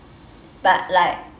but like